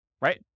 Right